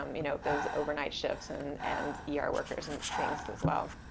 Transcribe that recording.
um you know, those overnight shifts, and and yeah er workers and things as well